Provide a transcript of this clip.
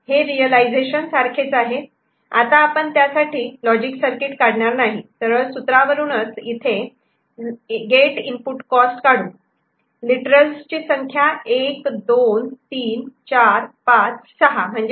आता आपण त्यासाठी लॉजिक सर्किट काढणार नाही तेव्हा सरळच सूत्रावरून इथे गेट इनपुट कॉस्ट काढू तेव्हा लिटरल ची संख्या 123456 म्हणजे 6 लिटरल आहेत